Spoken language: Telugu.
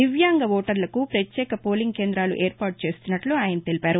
దివ్యాంగ ఓటర్లకు ప్రత్యేక పోలింగ్ కేంద్రాలు ఏర్పాటు చేస్తున్నట్ల ఆయన తెలిపారు